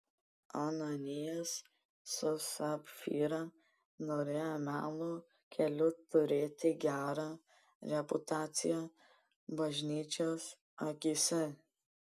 ananijas su sapfyra norėjo melo keliu turėti gerą reputaciją bažnyčios akyse